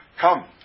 Come